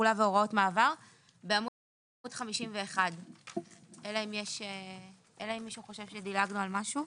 תחולה והוראות מעבר בעמוד 51. אלא אם מישהו חושב שדילגנו על משהו.